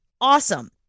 Awesome